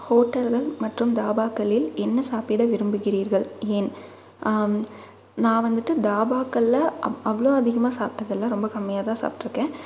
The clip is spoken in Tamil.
ஹோட்டல்கள் மற்றும் தாபாக்களில் என்ன சாப்பிட விரும்புகிறீர்கள் ஏன் நான் வந்துட்டு தாபாக்களில் அவ் அவ்வளோ அதிகமாக சாப்பிட்டதில்ல ரொம்ப கம்மியாகதான் சாப்பிட்ருக்கேன்